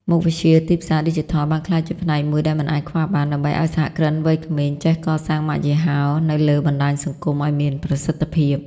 មុខវិជ្ជា "ទីផ្សារឌីជីថល" បានក្លាយជាផ្នែកមួយដែលមិនអាចខ្វះបាន ដើម្បីឱ្យសហគ្រិនវ័យក្មេងចេះកសាងម៉ាកយីហោនៅលើបណ្ដាញសង្គមឱ្យមានប្រសិទ្ធភាព។